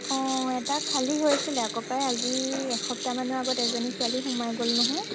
অঁ এটা খালী হৈছিলে আকৌ পাই আজি এসপ্তাহমানৰ আগত এজনী ছোৱালী সোমাই গ'ল নহয়